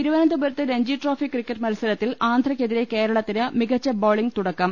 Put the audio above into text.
തിരുവനന്തപുരത്ത് രഞ്ജിട്രോഫി ക്രിക്കറ്റ് മത്സരത്തിൽ ആന്ധ്രക്കെതിരെ കേരളത്തിന് മികച്ച ബൌളിന് തുടക്കം